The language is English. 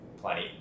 Plenty